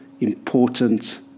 important